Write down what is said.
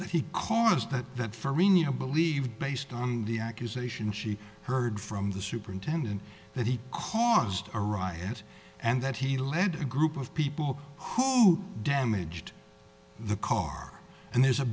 that he caused that that for renia believe based on the accusation she heard from the superintendent that he caused a riot and that he led a group of people who damaged the car and there's a